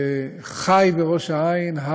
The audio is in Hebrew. וחי בראש-העין,